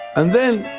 and then,